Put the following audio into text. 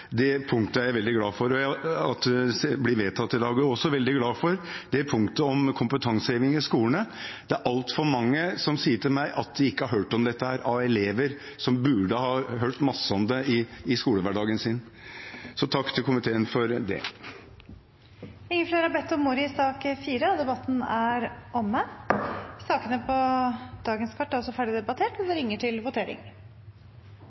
er veldig glad for at det punktet blir vedtatt i dag. Jeg er også veldig glad for punktet om kompetanseheving i skolene. Det er altfor mange som sier til meg at de ikke har hørt om dette – elever som burde ha hørt masse om det i skolehverdagen sin. Så takk til komiteen for det. Flere har ikke bedt om ordet til sak nr. 4. Stortinget går da til votering. Sakene nr. 1 og 2 var redegjørelser. Det voteres over lovens overskrift og